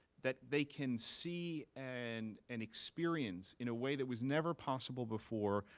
that they can see and and experience in a way that was never possible before,